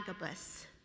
Agabus